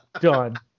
Done